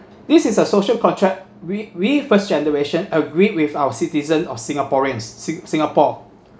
this is a social contract we we first generation agreed with our citizens of singaporeans sing~ singapore